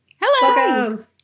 Hello